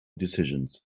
decisions